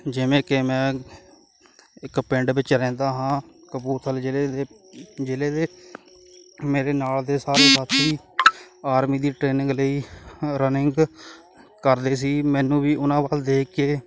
ਜਿਵੇਂ ਕਿ ਮੈਂ ਇੱਕ ਪਿੰਡ ਵਿੱਚ ਰਹਿੰਦਾ ਹਾਂ ਕਪੂਰਥਲੇ ਜ਼ਿਲ੍ਹੇ ਦੇ ਜ਼ਿਲ੍ਹੇ ਦੇ ਮੇਰੇ ਨਾਲ ਦੇ ਸਾਰੇ ਸਾਥੀ ਆਰਮੀ ਦੀ ਟ੍ਰੇਨਿੰਗ ਲਈ ਰਨਿੰਗ ਕਰਦੇ ਸੀ ਮੈਨੂੰ ਵੀ ਉਹਨਾਂ ਵੱਲ ਦੇਖ ਕੇ